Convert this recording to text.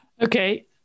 Okay